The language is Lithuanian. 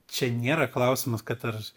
čia nėra klausimas kad ar